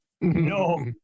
No